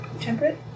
Temperate